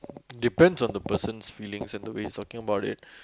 depends on the person's feeling and the way you are talking about it